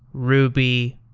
ruby,